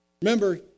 Remember